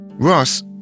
Ross